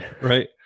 right